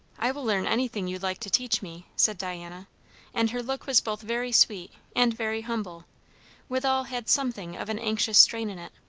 i will learn anything you like to teach me, said diana and her look was both very sweet and very humble withal had something of an anxious strain in it.